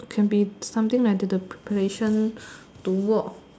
can be something like to do the preparation to work